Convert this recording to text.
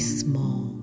small